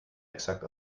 exakt